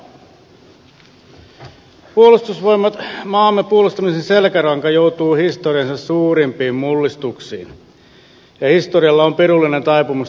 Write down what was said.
puolustusvoimat maamme puolustamisen selkäranka joutuu historiansa suurimpiin mullistuksiin ja historialla on pirullinen taipumus toistaa itseään